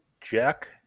Jack